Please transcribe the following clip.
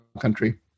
country